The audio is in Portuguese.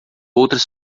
outras